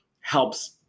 helps